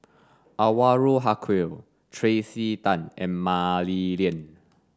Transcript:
Anwarul Haque Tracey Tan and Mah Li Lian